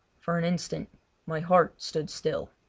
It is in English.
for an instant my heart stood still,